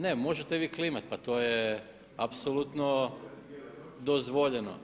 Ne možete vi klimat, pa to je apsolutno dozvoljeno.